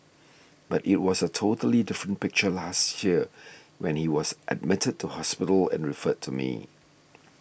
but it was a totally different picture last year when he was admitted to hospital and referred to me